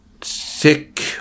thick